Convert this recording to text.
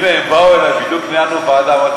הנה, הם באו אלי, בדיוק ניהלנו ועדה.